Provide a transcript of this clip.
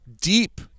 deep